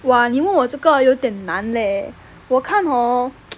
!wah! 你问我这个有点难 leh 我看 hor